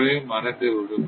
மற்றவை மறைந்து விடும்